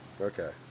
Okay